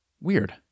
Weird